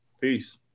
Peace